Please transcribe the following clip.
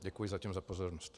Děkuji zatím za pozornost.